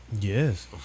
Yes